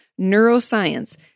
neuroscience